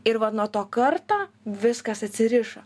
ir va nuo to karto viskas atsirišo